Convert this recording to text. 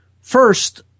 first